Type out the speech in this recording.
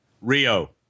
Rio